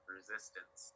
resistance